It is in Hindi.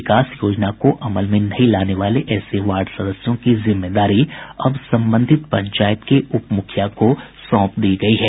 विकास योजना को अमल में नहीं लाने वाले ऐसे वार्ड सदस्यों की जिम्मेदारी अब संबंधित पंचायत के उप मुखिया को सौंप दी गयी है